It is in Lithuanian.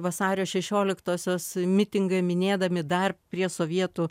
vasario šešioliktosios mitingą minėdami dar prie sovietų